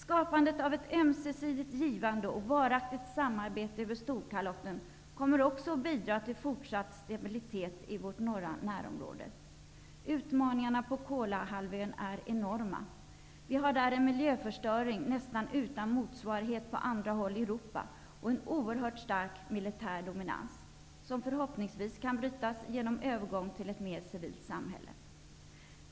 Skapandet av ett ömsesidigt givande och varaktigt samarbete över Storkalotten kommer också att bidra till fortsatt stabilitet i vårt norra närområde. Utmaningarna på Kolahalvön är enorma. Där råder en miljöförstöring som nästan saknar motsvarighet på andra håll i Europa, och en oerhört stark militär dominans, som förhoppningsvis kan brytas genom övergång till ett mer civilt samhälle.